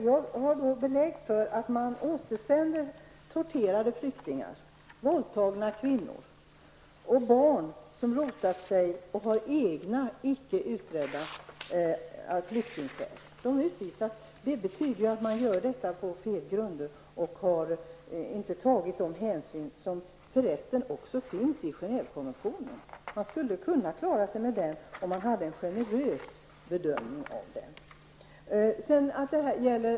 Jag har belägg för att man har återsänt torterade flyktingar, våldtagna kvinnor och barn som har rotat sig och har egna inte utredda flyktingskäl. De utvisas på felaktiga grunder. Man har inte tagit de hänsyn som anges i Genèvekonventionen. Man skulle kunna klara sig med denna konvention, om man gjorde en generös bedömning av den.